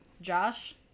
Josh